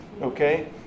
Okay